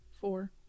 Four